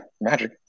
magic